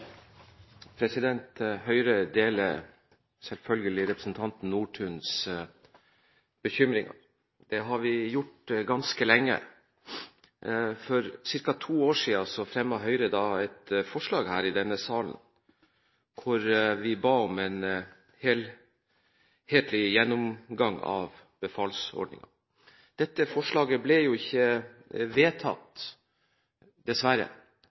Høyre deler selvfølgelig representanten Nordtuns bekymringer, det har vi gjort ganske lenge. For ca. to år siden fremmet Høyre et forslag her i denne salen der vi ba om en helhetlig gjennomgang av befalsordningen. Dette forslaget ble ikke vedtatt – dessverre.